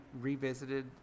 revisited